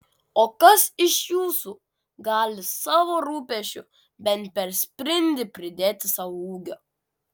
o kas iš jūsų gali savo rūpesčiu bent per sprindį pridėti sau ūgio